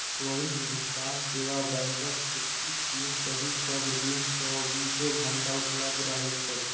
त्वरित भुगतान सेवा बैंकक छुट्टीक दिन सहित सब दिन चौबीसो घंटा उपलब्ध रहै छै